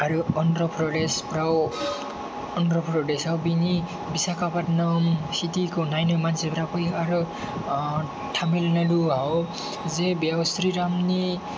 आरो अन्ध्र' प्रदेशफोराव बेनि बिशाखापातनाम सिटिखौ नायनो मानसिफ्रा फैयो आरो टामिल नाडुआव जे बेयाव स्रि रामनि